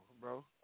bro